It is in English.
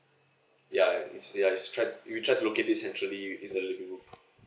ya it's ya it's tr~ we try to locate this actually in the living room